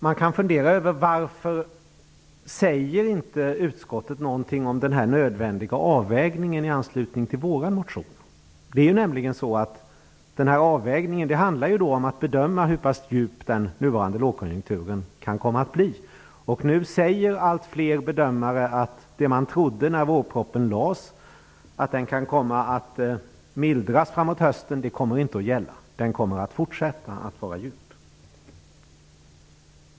Man kan fundera över varför utskottet inte säger någonting om den nödvändiga avvägningen i anslutning till vår motion. Den här avvägningen handlar nämligen om att bedöma hur pass djup den nuvarande lågkonjunkturen kan komma att bli. Nu säger alltfler bedömare att det man trodde när vårpropositionen lades fram, att lågkonjunkturen kunde komma att mildras framåt hösten inte kommer att gälla. Den kommer att fortsätta att vara djup.